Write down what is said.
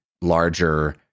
larger